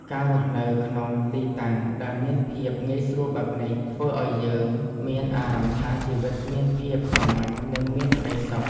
ការរស់នៅក្នុងទីតាំងដែលមានភាពងាយស្រួលបែបនេះ ធ្វើឱ្យយើងមានអារម្មណ៍ថាជីវិតមានភាពសាមញ្ញនិងមានក្តីសុខ។